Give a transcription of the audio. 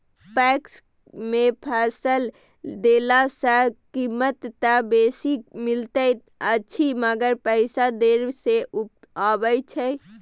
PACS मे फसल देला सॅ कीमत त बेसी मिलैत अछि मगर पैसा देर से आबय छै